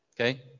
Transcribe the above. Okay